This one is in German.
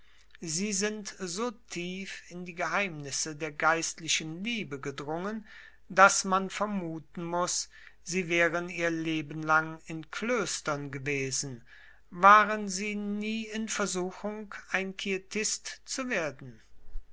sie sind so tief in die geheimnisse der geistlichen liebe gedrungen daß man vermuten muß sie wären ihr leben lang in klöstern gewesen waren sie nie in versuchung ein quietist zu werden